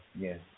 Yes